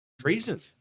treason